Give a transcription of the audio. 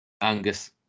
Angus